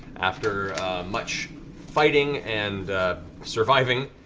after much fighting and surviving,